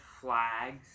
flags